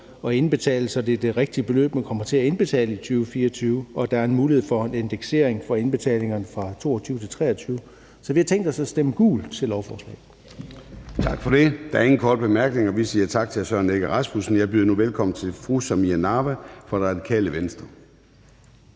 at indbetale, så det er det rigtige beløb, man kommer til at indbetale i 2024, og der er mulighed for en indeksering af indbetalinger fra 2022 til 2023, så vi har tænkt os at stemme gult til lovforslaget. Kl. 23:53 Formanden (Søren Gade): Tak for det. Der er ingen korte bemærkninger. Vi siger tak til Søren Egge Rasmussen. Jeg byder nu velkommen til fru Samira Nawa fra Radikale Venstre.